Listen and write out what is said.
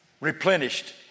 replenished